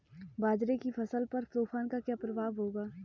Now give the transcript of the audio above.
बाजरे की फसल पर तूफान का क्या प्रभाव होगा?